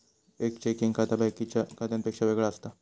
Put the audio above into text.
एक चेकिंग खाता बाकिच्या खात्यांपेक्षा वेगळा असता